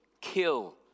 kill